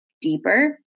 deeper